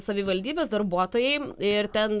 savivaldybės darbuotojai ir ten